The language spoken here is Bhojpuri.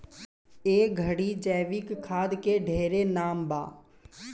ए घड़ी जैविक खाद के ढेरे नाम बा